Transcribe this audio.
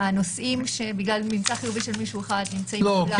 הנוסעים שבגלל ממצא חיובי של מישהו אחד נמצאים כולם ב -- כן,